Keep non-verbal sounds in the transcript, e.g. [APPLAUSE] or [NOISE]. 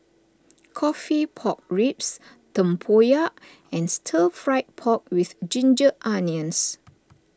[NOISE] Coffee Pork Ribs Tempoyak and Stir Fried Pork with Ginger Onions